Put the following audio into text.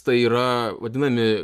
tai yra vadinami